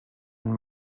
and